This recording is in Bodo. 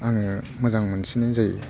आङो मोजां मोनसिननाय जायो